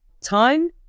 Time